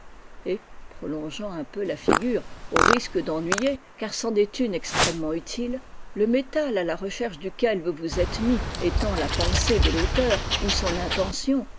et prolongeant un peu la figure au risque d'ennuyer car c'en est une extrêmement utile le métal à la recherche duquel vous vous êtes mis étant la pensée de l'auteur ou son intention